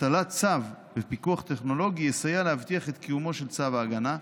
הטלת צו לפיקוח טכנולוגי יסייע להבטיח את קיומו של צו ההגנה,